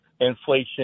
inflation